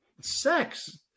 sex